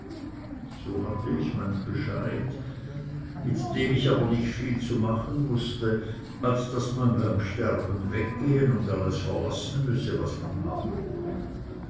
so hatte ich meinen bescheid mit dem ich aber nicht viel zu machen wußte als daß man beim sterben weggehen und alles verlassen müsse was man habe